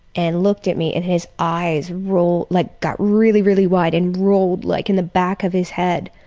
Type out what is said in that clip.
and looked at me and his eyes rolled like got really, really wide, and rolled like in the back of his head,